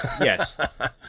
yes